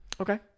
Okay